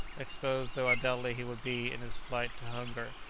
exposed though undoubtedly he would be in his flight to hunger,